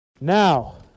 Now